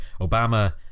Obama